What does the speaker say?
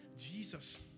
Jesus